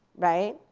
right?